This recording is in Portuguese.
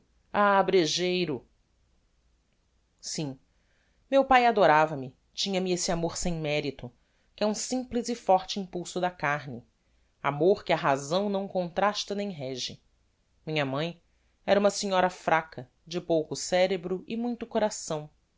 ah bregeiro sim meu pae adorava me tinha-me esse amor sem merito que é um simples e forte impulso da carne amor que a razão não contrasta nem rége minha mãe era uma senhora fraca de pouco cerebro e muito coração